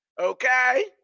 Okay